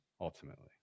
ultimately